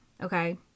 Okay